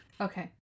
Okay